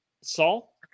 Saul